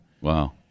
Wow